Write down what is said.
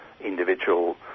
individual